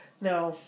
No